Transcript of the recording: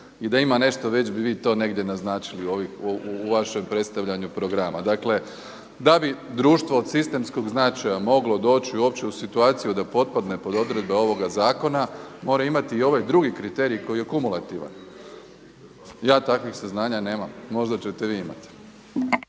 i da ima nešto već bi vi to negdje naznačili u vašem predstavljanju programa. Dakle, da bi društvo od sistemskog značaja moglo doći uopće u situaciju da potpadne pod odredbe ovog zakona, mora imati i ovaj drugi kriterij koji je kumulativan. Ja takvih saznanja nemam, možda ćete vi imati.